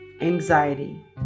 anxiety